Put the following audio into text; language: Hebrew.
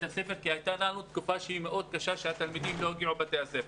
הספר כי הייתה לנו תקופה שהיא מאוד קשה שהתלמידים לא הגיעו לבתי הספר.